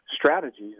strategies